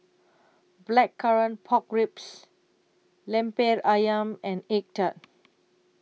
Blackcurrant Pork Ribs Lemper Ayam and Egg Tart